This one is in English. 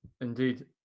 Indeed